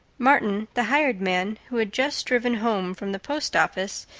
martin, the hired man, who had just driven home from the post office,